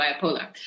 bipolar